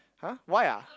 !huh! why ah